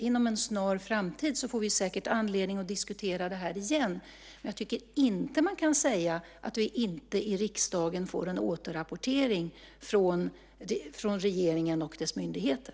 Inom en snar framtid får vi säkert anledning att diskutera detta igen. Jag tycker inte att man kan säga att vi i riksdagen inte får en återrapportering från regeringen och dess myndigheter.